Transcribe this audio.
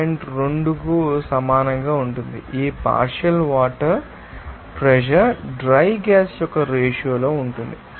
02 కు సమానంగా ఉంటుంది ఈ partial water pressure dry gas యొక్క రేషియో లో ఉంటుంది